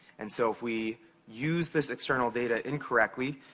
and, so, if we use this external data incorrectly,